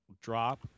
drop